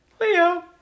Leo